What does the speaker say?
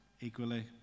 equally